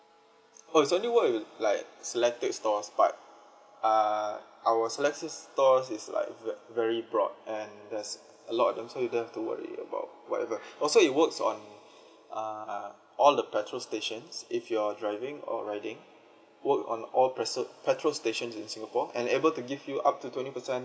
oh it's only work with like selected stores but uh our selected stores is like ve~ very broad and there's a lot of them so you don't have to worry about whatever also it works on uh all the petrol stations if you're driving or riding work on all petrol stations in singapore and able to give you up to twenty percent